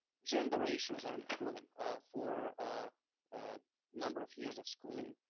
gender ratios are improving for a number of years of schooling.